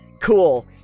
Cool